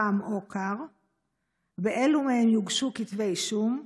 חם או קר 4. באילו מהם יוגשו כתבי אישום?